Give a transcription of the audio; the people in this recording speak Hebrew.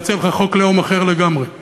להציע לך חוק לאום אחר לגמרי,